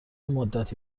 مدتی